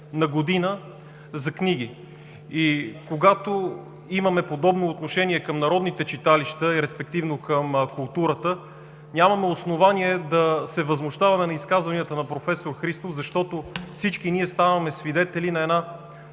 на година за книги. Когато имаме подобно отношение към народните читалища и респективно към културата, нямаме основание да се възмущаваме на изказванията на професор Христов, защото всички ние ставаме свидетели на една